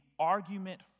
argument